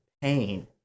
pain